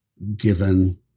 given